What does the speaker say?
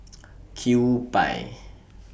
Kewpie